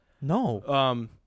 No